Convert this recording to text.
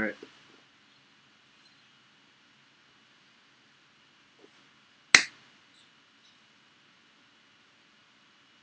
okay